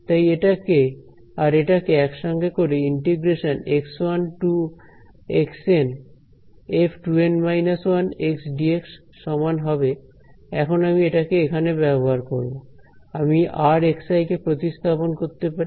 তাই এটাকে আর এটাকে একসঙ্গে করে f 2N−1dx সমান হবে এখন আমি এটাকে এখানে ব্যবহার করব আমি r কে প্রতিস্থাপন করতে পারি